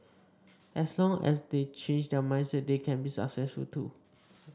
as long as they change their mindsets they can be successful too